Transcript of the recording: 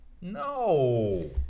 No